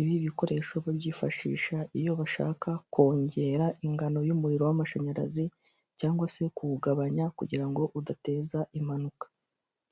Ibi bikoresho babyifashisha iyo bashaka kongera ingano y'umuriro w'amashanyarazi cyangwa se kuwugabanya kugira ngo udateza impanuka.